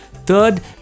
third